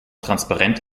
transparent